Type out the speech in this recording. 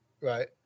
Right